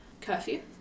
curfew